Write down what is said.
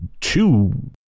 two